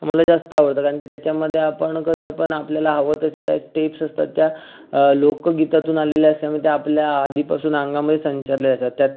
मला जास्त आवडतं कारण की त्याच्यामध्ये आपण कसं पण आपल्याला हवं तसं त्या स्टेप्स असतात त्या लोकगीतातून आलेल्या असल्यामुळे त्या आपल्या आधीपासून अंगामध्ये संचारले असतात त्यात